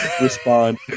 respond